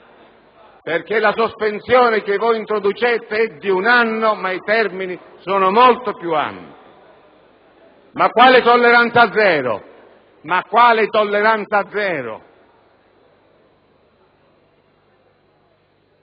perché la sospensione che voi introducete è di un anno ma i termini sono molto più ampi. Ma quale tolleranza zero? Quale tolleranza zero?